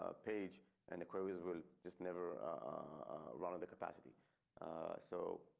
ah page and the queries will just never run the capacity so.